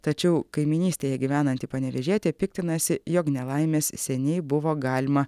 tačiau kaimynystėje gyvenanti panevėžietė piktinasi jog nelaimės seniai buvo galima